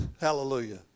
Hallelujah